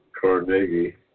Carnegie